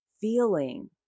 feeling